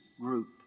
group